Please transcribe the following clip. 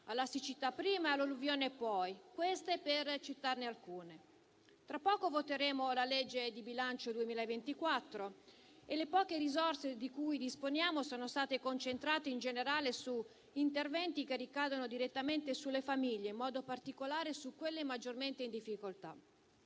alla siccità e all'alluvione. Tra poco voteremo la legge di bilancio per il 2024 e le poche risorse di cui disponiamo sono state concentrate in generale su interventi che ricadono direttamente sulle famiglie, in modo particolare su quelle maggiormente in difficoltà.